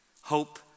Hope